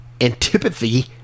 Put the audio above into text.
antipathy